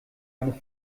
eine